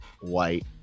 White